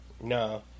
No